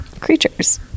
creatures